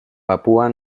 papúa